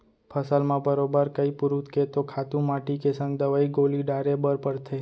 फसल म बरोबर कइ पुरूत के तो खातू माटी के संग दवई गोली डारे बर परथे